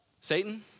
Satan